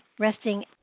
resting